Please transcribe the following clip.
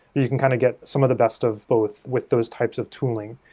you can kind of get some of the best of both with those types of tooling.